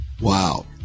Wow